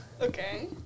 Okay